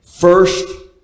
First